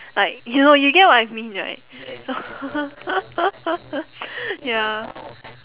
like you know you get what I mean right ya